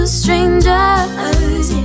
strangers